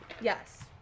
Yes